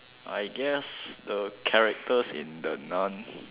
I guess the characters in the nun